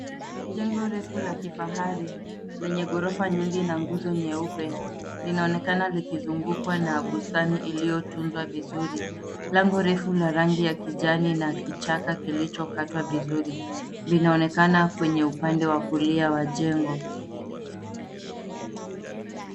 Jengo refu la kifahari lenye ghorofa nyingi na nguzo nyeupe linaonekana likizungukwa na bustani iliyotunzwa vizuri. Lango refu la rangi ya kijani na kichaka kilichokatwa vizuri, vinaonekana kwenye upande wa kulia wa jengo.